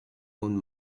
own